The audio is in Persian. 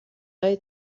های